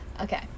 Okay